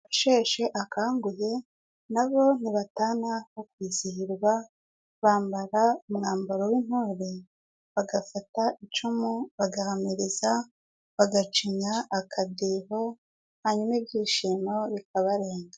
Abasheshe akanguhe nabo ntibatana no kwizihirwa bambara umwambaro w'intore bagafata icumu bagahamiriza, bagacinya akadiho hanyuma ibyishimo bikabarenga.